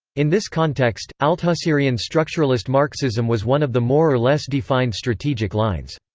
in this context, althusserian structuralist marxism was one of the more or less defined strategic lines.